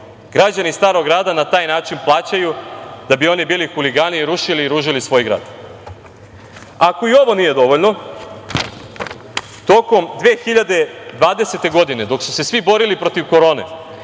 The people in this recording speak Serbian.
građani Starog Grada na taj način plaćaju, da bi oni bili huligani, rušili i ružili svoj grad. Ako i ovo nije dovoljno, tokom 2020. godine, dok su se svi borili protiv korone,